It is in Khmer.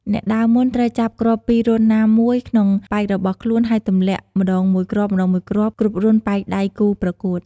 អ្នកដើរមុន ត្រូវចាប់គ្រាប់ពីរន្ធណាមួយ ក្នុងប៉ែករបស់ខ្លួន ហើយទម្លាក់ម្ដងមួយគ្រាប់ៗគ្រប់រន្ធប៉ែកដៃគូរប្រកួត។